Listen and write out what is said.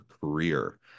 career